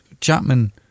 Chapman